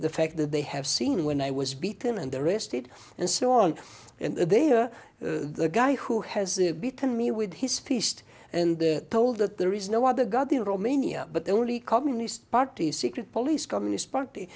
the fact that they have seen when i was beaten and arrested and so on and they are the guy who has the to me with his pieced and the told that there is no other god in romania but only communist party secret police communist party